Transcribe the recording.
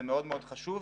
זה מאוד מאוד חשוב,